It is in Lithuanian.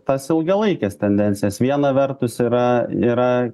tas ilgalaikes tendencijas viena vertus yra yra